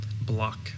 block